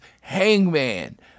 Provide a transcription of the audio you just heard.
Hangman